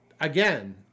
Again